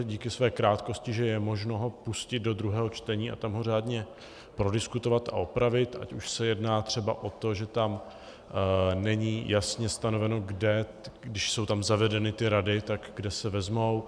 díky své krátkosti, že je možno ho pustit do druhého čtení a tam ho řádně prodiskutovat a opravit, ať už se jedná třeba o to, že tam není jasně stanoveno kde, když jsou tam zavedeny ty rady, tak kde se vezmou.